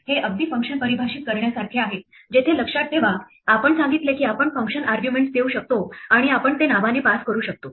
हे अगदी फंक्शन परिभाषित करण्यासारखे आहे जेथे लक्षात ठेवा आपण सांगितले की आपण फंक्शन आर्ग्युमेंटस देऊ शकतो आणि आपण ते नावाने पास करू शकतो